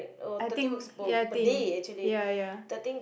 I think ya I think ya ya